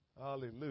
Hallelujah